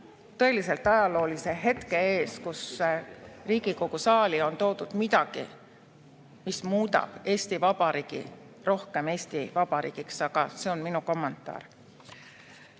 tõeliselt ajaloolise hetke ees, kus Riigikogu saali on toodud midagi, mis muudab Eesti Vabariigi rohkem Eesti Vabariigiks. Aga see on minu kommentaar.